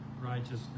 righteousness